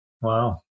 Wow